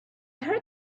heard